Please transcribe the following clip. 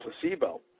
placebo